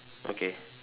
okay